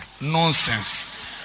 Nonsense